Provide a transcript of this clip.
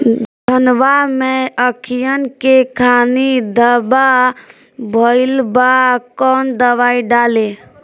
धनवा मै अखियन के खानि धबा भयीलबा कौन दवाई डाले?